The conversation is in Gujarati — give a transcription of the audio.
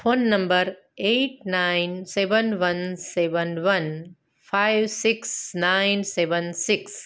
phone number eight nine seven one seven one five six nine seven six